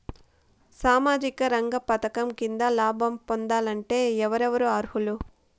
సామాజిక రంగ పథకం కింద లాభం పొందాలంటే ఎవరెవరు అర్హులు?